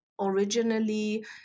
originally